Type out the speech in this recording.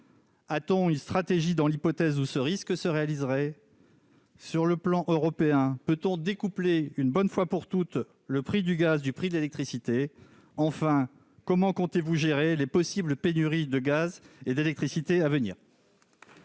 à-t-on une stratégie dans l'hypothèse où ce risque se réaliserait. Sur le plan européen, peut-on découpler une bonne fois pour toutes, le prix du gaz, du prix de l'électricité, enfin, comment comptez-vous gérer les possibles pénuries de gaz et d'électricité à venir.